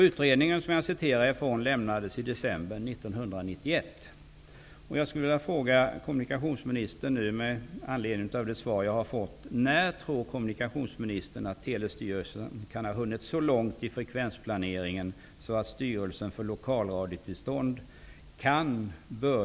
Utredningen lämnades i december